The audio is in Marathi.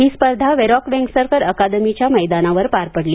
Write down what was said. ही स्पर्धा व्हेरॉक वेंगसरकर अकादमीच्या मैदानावर पार पडली